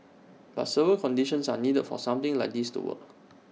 but several conditions are needed for something like this to work